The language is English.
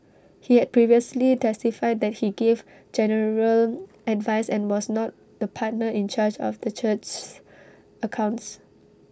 he had previously testified that he gave general advice and was not the partner in charge of the church's accounts